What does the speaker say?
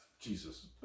Jesus